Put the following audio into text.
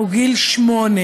הוא גיל שמונה.